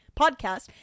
podcast